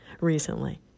recently